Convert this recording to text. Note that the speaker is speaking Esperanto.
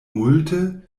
multe